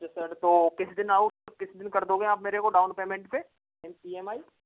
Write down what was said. अच्छा सर तो किस दिन आऊं किस दिन कर दोगे आप मेरे को डाउन पेमेंट पे ई एम आई